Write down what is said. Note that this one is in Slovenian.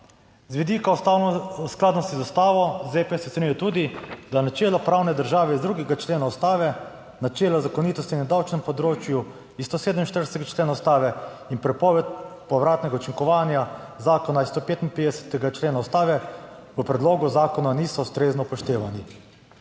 Z vidika ustavne skladnosti z ustavo ZPS ocenjuje tudi, da je načelo pravne države iz 2. člena ustave, načelo zakonitosti na davčnem področju iz 147. člena ustave in prepoved povratnega učinkovanja zakona iz 155. člena ustave v predlogu zakona niso ustrezno upoštevani."